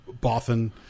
Bothan